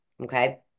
okay